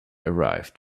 arrived